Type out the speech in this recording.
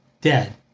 dead